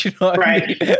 Right